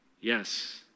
Yes